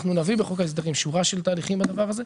אנחנו נביא בחוק ההסדרים שורה של תהליכים בדבר הזה.